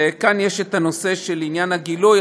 כאן יש הנושא של עניין הגילוי,